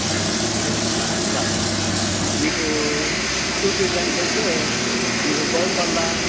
అది ఇంకా నీకు చూపించటానికి అయితే నీకు గోల్కొండ